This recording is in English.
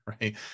right